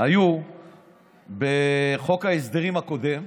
היו בחוק ההסדרים הקודם.